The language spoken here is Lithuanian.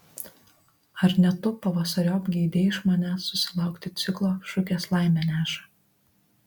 ar ne tu pavasariop geidei iš manęs susilaukti ciklo šukės laimę neša